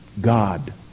God